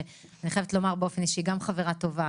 שאני חייבת לומר באופן אישי שהיא גם חברה טובה,